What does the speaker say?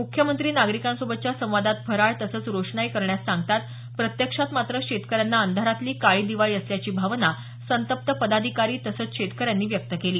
मुख्यमंत्री नागरिकांसोबतच्या संवादात फराळ तसंच रोषणाई करण्यास सांगतात प्रत्यक्षात मात्र शेतकऱ्यांही अंधारातली काळी दिवाळी असल्याची भावना संतप्प पदाधिकारी तसंच शेतकऱ्यांनी व्यक्त केली